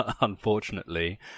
unfortunately